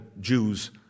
Jews